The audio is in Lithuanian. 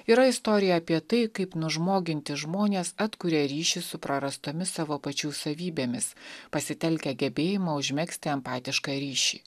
yra istorija apie tai kaip nužmoginti žmonės atkuria ryšį su prarastomis savo pačių savybėmis pasitelkę gebėjimą užmegzti empatišką ryšį